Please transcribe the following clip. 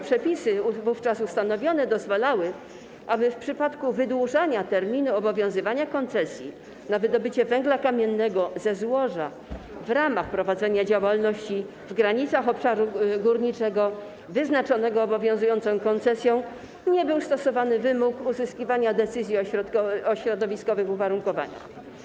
Przepisy wówczas ustanowione dozwalały, aby w przypadku wydłużania terminu obowiązywania koncesji na wydobycie węgla kamiennego ze złoża w ramach prowadzenia działalności w granicach obszaru górniczego wyznaczonego obowiązującą koncesją nie był stosowany wymóg uzyskiwania decyzji o środowiskowych uwarunkowaniach.